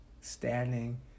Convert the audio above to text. standing